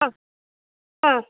ಹಾಂ ಹಾಂ